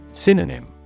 Synonym